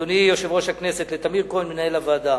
אדוני יושב-ראש הכנסת, לטמיר כהן, מנהל הוועדה,